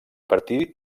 partir